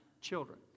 children